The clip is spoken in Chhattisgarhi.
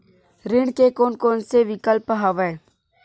ऋण के कोन कोन से विकल्प हवय?